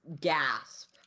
gasp